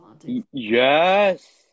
yes